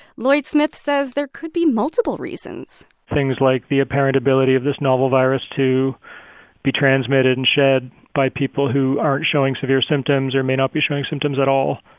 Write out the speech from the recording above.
lloyd-smith says there could be multiple reasons things like the apparent ability of this novel virus to be transmitted and shed by people who aren't showing severe symptoms or may not be showing symptoms at all,